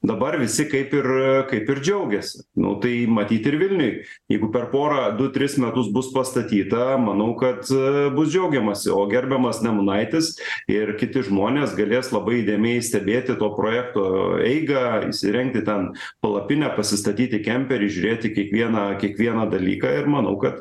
dabar visi kaip ir kaip ir džiaugiasi nu tai matyt ir vilniuj jeigu per porą du tris metus bus pastatyta manau kad bus džiaugiamasi o gerbiamas nemunaitis ir kiti žmonės galės labai įdėmiai stebėti to projekto eigą įsirengti ten palapinę pasistatyti kemperį žiūrėti kiekvieną kiekvieną dalyką ir manau kad